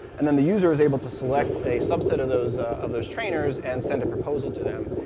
and then the user is able to select a subset of those of those trainers and send a proposal to them,